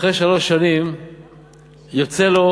אחרי שלוש שנים יוצא לו